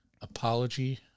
apology